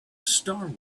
star